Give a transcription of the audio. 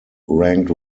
ranked